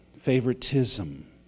Favoritism